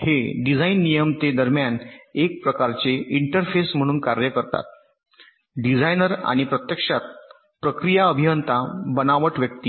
हे डिझाइन नियम ते दरम्यान एक प्रकारचे इंटरफेस म्हणून कार्य करतात डिझाइनर आणि प्रत्यक्षात प्रक्रिया अभियंता बनावट व्यक्ती